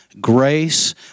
grace